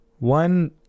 One